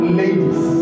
ladies